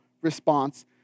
response